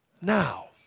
now